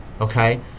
Okay